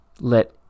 let